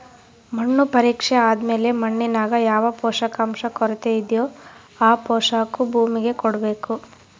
ಮಣ್ಣು ಪರೀಕ್ಷೆ ಆದ್ಮೇಲೆ ಮಣ್ಣಿನಾಗ ಯಾವ ಪೋಷಕಾಂಶ ಕೊರತೆಯಿದೋ ಆ ಪೋಷಾಕು ಭೂಮಿಗೆ ಕೊಡ್ಬೇಕು